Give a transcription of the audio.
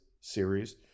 series